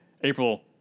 april